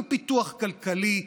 עם פיתוח כלכלי,